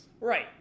Right